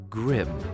grim